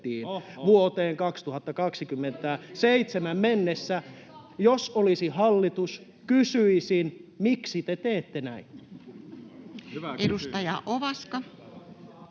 te 28:aan!] Jos olisi hallitus, kysyisin, miksi te teette näin. Edustaja Ovaska.